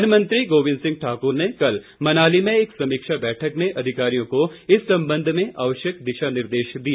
one मंत्री गोविंद सिंह ठाकुर ने कल मनाली में एक समीक्षा बैठक में अधिकारियों को इस संबंध में आवश्यक दिशा निर्देश दिए